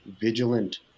vigilant